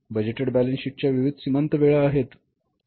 budgeted balance sheet च्या विविध सीमांत वेळा आहेत